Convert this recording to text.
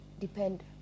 depend